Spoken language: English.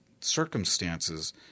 circumstances